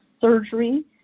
surgery